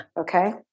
Okay